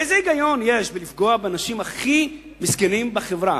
איזה היגיון יש בלפגוע באנשים הכי מסכנים בחברה?